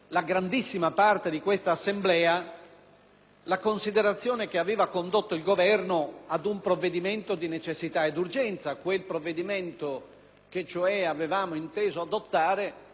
la considerazione che aveva condotto il Governo ad un provvedimento di necessità ed urgenza, quel provvedimento cioè che avevamo inteso adottare per impedire che Eluana Englaro fosse